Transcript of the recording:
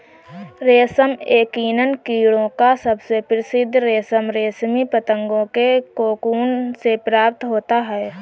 रेशम यकीनन कीड़ों का सबसे प्रसिद्ध रेशम रेशमी पतंगों के कोकून से प्राप्त होता है